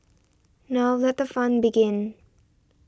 now let the fun begin